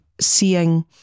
seeing